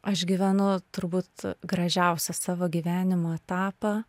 aš gyvenu turbūt gražiausią savo gyvenimo etapą